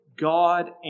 God